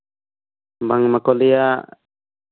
ᱵᱟᱝ ᱢᱟᱠᱚ ᱞᱟᱹᱭᱟ